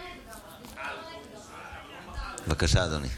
בבקשה, אדוני.